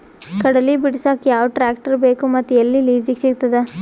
ಕಡಲಿ ಬಿಡಸಕ್ ಯಾವ ಟ್ರ್ಯಾಕ್ಟರ್ ಬೇಕು ಮತ್ತು ಎಲ್ಲಿ ಲಿಜೀಗ ಸಿಗತದ?